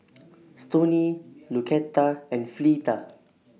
Stoney Lucetta and Fleeta